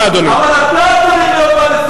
אני מאוד מודה לך.